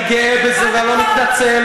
אני גאה בזה, ואני לא מתנצל.